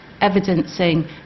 evidencing